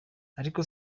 ariko